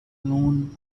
noon